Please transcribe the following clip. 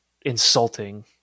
insulting